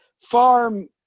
farm